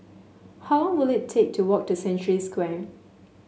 how long will it take to walk to Century Square